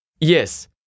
Yes